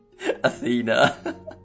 Athena